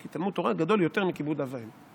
כי תלמוד תורה גדול יותר מכיבוד אב ואם.